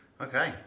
Okay